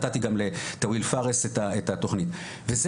נתתי גם לטוויל פארס את התוכנית וזה